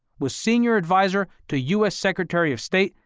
was senior advisor to u s. secretary of state,